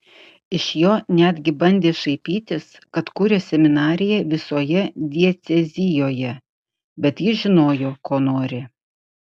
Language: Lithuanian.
iš jo netgi bandė šaipytis kad kuria seminariją visoje diecezijoje bet jis žinojo ko nori